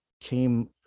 came